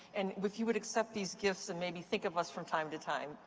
and if you would accept these gifts and maybe think of us from time to time,